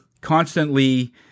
constantly